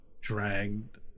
dragged